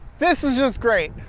this is just great!